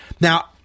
Now